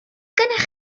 gennych